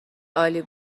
عالی